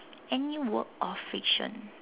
any work of fiction